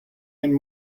and